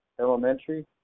Elementary